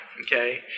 okay